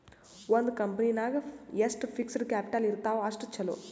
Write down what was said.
ಒಂದ್ ಕಂಪನಿ ನಾಗ್ ಎಷ್ಟ್ ಫಿಕ್ಸಡ್ ಕ್ಯಾಪಿಟಲ್ ಇರ್ತಾವ್ ಅಷ್ಟ ಛಲೋ